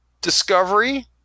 Discovery